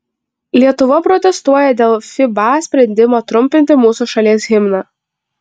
lietuva protestuoja dėl fiba sprendimo trumpinti mūsų šalies himną